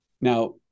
Now